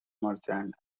merchant